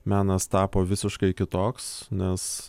menas tapo visiškai kitoks nes